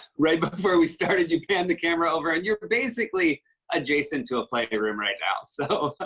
right before we started, you panned the camera over and you're basically adjacent to a playroom right now. so